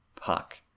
puck